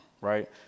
Right